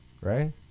right